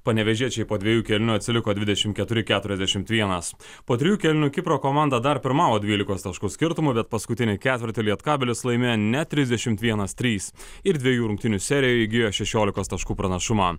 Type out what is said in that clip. panevėžiečiai po dviejų kėlinių atsiliko dvidešim keturi keturiasdešimt vienas po trijų kėlinių kipro komanda dar pirmavo dvylikos taškų skirtumu bet paskutinį ketvirtį lietkabelis laimėjo net trisdešimt vienas trys ir dvejų rungtynių serijoje įgijo šešiolikos taškų pranašumą